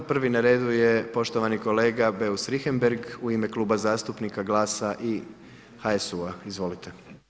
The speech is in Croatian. Prvi na redu je poštovani kolega Beus Richembergh u ime Kluba zastupnika GLAS-a i HSU-a Izvolite.